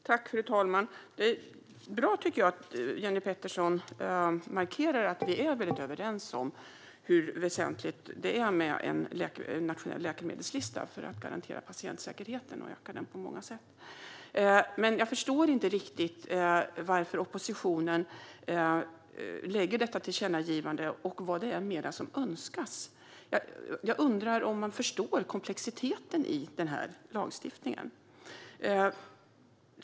Fru talman! Det är bra att Jenny Petersson markerar att vi är överens om hur väsentlig en nationell läkemedelslista är för att garantera patientsäkerheten och öka den på många sätt. Men jag förstår inte riktigt varför oppositionen lägger fram detta tillkännagivande och vad mer som önskas. Jag undrar om de förstår komplexiteten i denna lagstiftning.